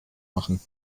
machen